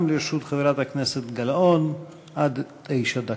גם לרשות חברת הכנסת גלאון עד תשע דקות.